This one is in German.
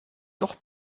doch